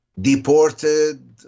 deported